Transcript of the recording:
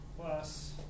plus